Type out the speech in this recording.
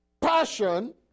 passion